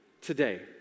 today